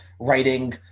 writing